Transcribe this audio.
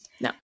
No